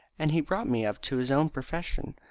and he brought me up to his own profession.